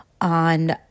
on